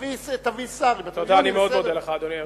תביא שר אם, אני מאוד מודה לך, אדוני היושב-ראש.